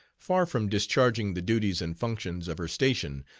far from discharging the duties and functions of her station,